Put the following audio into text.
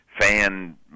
fan